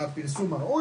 הפרסום הראוי.